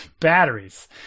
Batteries